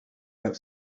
have